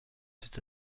cet